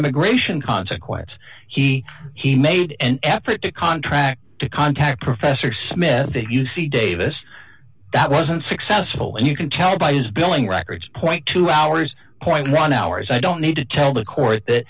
immigration consequence he he made an effort to contract to contact professor smith at u c davis that wasn't successful and you can tell by his billing records point two hours quite run hours i don't need to tell the court that